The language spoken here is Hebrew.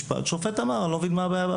השופט אמר שהוא מבין מה הבעיה?